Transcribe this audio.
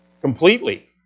completely